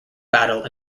battle